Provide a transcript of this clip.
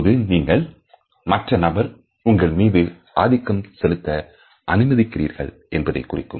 இப்போது நீங்கள் மற்ற நபர் உங்கள் மீது ஆதிக்கம் செலுத்த அனுமதிக்கிறீர்கள் என்பதை குறிக்கும்